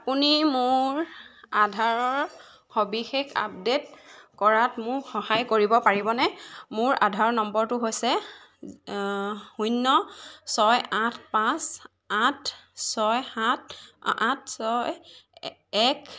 আপুনি মোৰ আধাৰৰ সবিশেষ আপডেট কৰাত মোক সহায় কৰিব পাৰিবনে মোৰ আধাৰ নম্বৰটো হৈছে শূন্য ছয় আঠ পাঁচ আঠ ছয় সাত আঠ ছয় এক